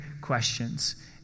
questions